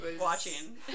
watching